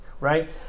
right